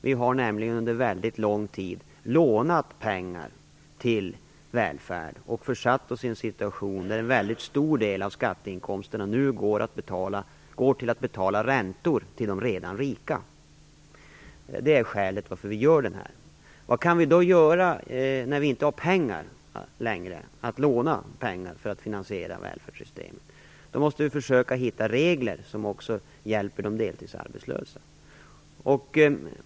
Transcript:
Vi har nämligen under väldigt lång tid lånat pengar till välfärd, och en väldigt stor del av skatteinkomsterna går därför nu åt till att betala räntor till de redan rika. Det är skälet till att vi genomför detta. Vad kan vi då göra när vi inte längre kan låna pengar för att finansiera välfärdssystemet? Vi måste då försöka hitta regler som också hjälper de deltidsarbetslösa.